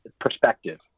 Perspective